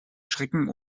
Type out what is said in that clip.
schrecken